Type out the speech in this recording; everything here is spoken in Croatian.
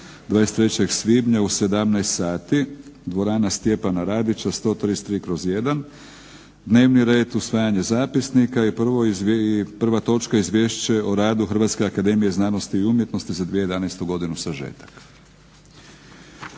23. svibnja u 17 sati, dvorana Stjepana Radića 133/1. Dnevni red usvajanje zapisnika i prva točka Izvješće o radu Hrvatske akademije znanosti i umjetnosti za 2011. godinu sažetak.